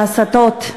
וההסתות,